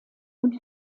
und